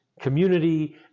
community